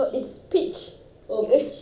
I don't know what you are trying to say